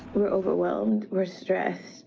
we're overwhelmed. we're stressed.